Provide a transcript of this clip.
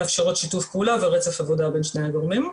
מאפשרות שיתוף פעולה ורצף עבודה בין שני הגורמים.